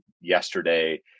yesterday